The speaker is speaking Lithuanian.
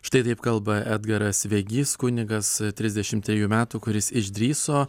štai taip kalba edgaras vegys kunigas trisdešim trejų metų kuris išdrįso